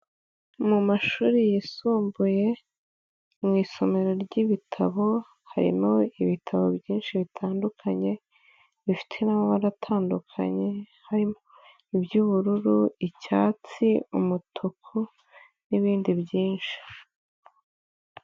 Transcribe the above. Mu mashuri yisumbuye, mu isomero ry'ibitabo, harimo ibitabo byinshi bitandukanye, bifite n'amabara atandukanye, harimo iby'ubururu, icyatsi, umutuku n'ibindi byinshi.